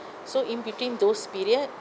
so in between those period